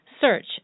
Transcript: Search